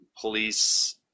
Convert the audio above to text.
police